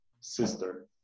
sister